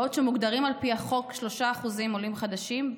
בעוד שמוגדרים על פי החוק 3% עולים חדשים,